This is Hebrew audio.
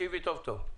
תקשיבי טוב טוב.